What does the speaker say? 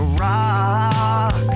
rock